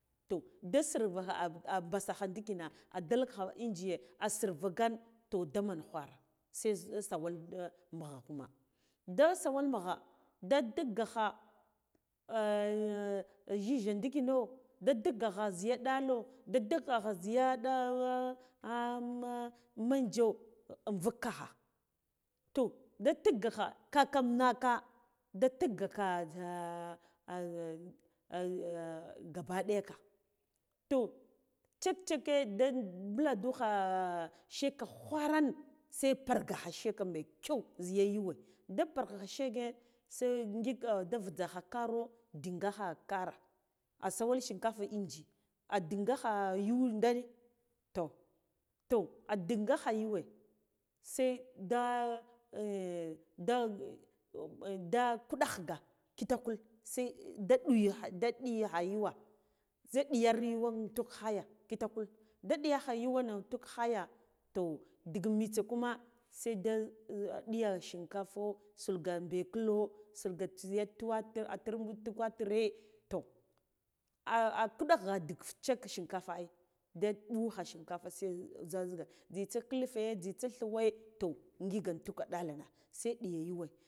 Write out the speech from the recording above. Toh da sirvaha ah a mɓalalu ndikina adal khawa engiye asurvagan toh daman ghwara se se sawal mugha kuna da sawal nugha tikgakha jhijha ndikino da tikgakha zhiya ɗalo da ntikgakha zhiya ma manjo unvuk ta kha toh da ntik kagha kakan naka da tikgaka gaba ɗaya ka toh chi chicke ɗa mbula ndukha shekghwarana se pargach shek mekyau zhiya yuwa da pargakha shege se ngik da vutsakha kira ndingakha kara asawal shinkafa engine a din gasha yuw dane toh toh adingacha yuwo seda in da da kuda ghga kita kul se da ɗuya kha yuwa zha ɗiyar yuwe ntuk khaya kitaul da diyakha yuwena intuk khaya toh dig mitse kuma se da ɗiya shinkafa sulga be kulo sulga siya tumatir atargu tumatire toh ah kuɗagh ga ndik fushek shinkafa ai da bukcha shinkafa zhezhige nzitse kiye zhitsa thuwe toh ngiga tuk ɗalgha se ɗiya yuwe.